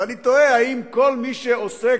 ואני תוהה אם כל מי שעוסק